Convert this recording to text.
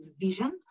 vision